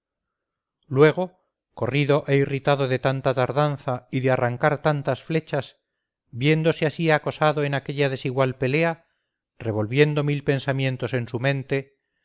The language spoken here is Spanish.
luego corrido e irritado de tanta tardanza y de arrancar tantas flechas viéndose así acosado en aquella desigual pelea revolviendo mil pensamientos en su mente